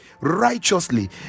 righteously